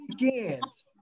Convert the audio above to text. weekends